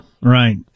Right